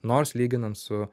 nors lyginant su